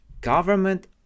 Government